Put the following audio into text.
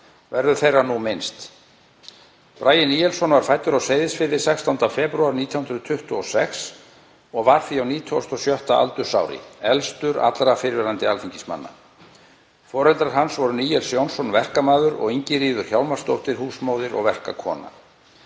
Verður þeirra nú minnst. Bragi Níelsson var fæddur á Seyðisfirði 16. febrúar 1926 og var því á 96. aldursári, elstur allra fyrrverandi alþingismanna. Foreldrar hans voru Níels Jónsson verkamaður og Ingiríður Hjálmarsdóttir, húsmóðir og verkakona.